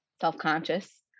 self-conscious